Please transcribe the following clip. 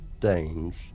Danes